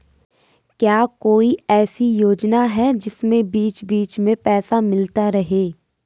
क्या कोई ऐसी योजना है जिसमें बीच बीच में पैसा मिलता रहे?